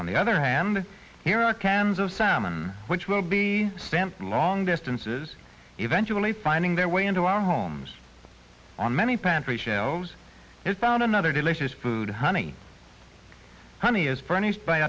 on the other and here are cans of salmon which will be spent long distances eventually finding their way into our homes on many pantry shelves has found another delicious food honey honey is furnished by